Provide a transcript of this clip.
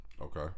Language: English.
Okay